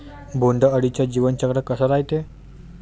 बोंड अळीचं जीवनचक्र कस रायते?